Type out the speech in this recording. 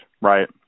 right